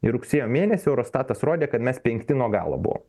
ir rugsėjo mėnesį eurostatas rodė kad mes penkti nuo galo buvom